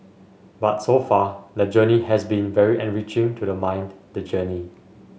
but so far the journey has been very enriching to the mind the journey